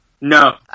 No